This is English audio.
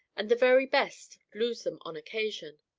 and the very best lose them on occasion.